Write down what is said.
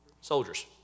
Soldiers